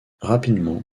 rapidement